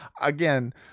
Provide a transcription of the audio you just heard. again